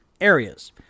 areas